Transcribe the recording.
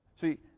See